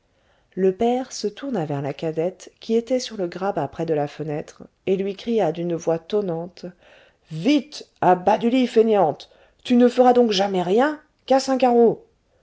le père se tourna vers la cadette qui était sur le grabat près de la fenêtre et lui cria d'une voix tonnante vite à bas du lit fainéante tu ne feras donc jamais rien casse